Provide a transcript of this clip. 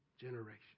generation